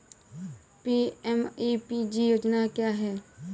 PMEPG योजना क्या है?